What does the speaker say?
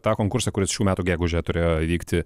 tą konkursą kuris šių metų gegužę turėjo įvykti